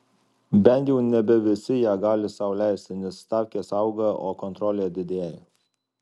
bent jau nebe visi ją gali sau leisti nes stavkės auga o kontrolė didėja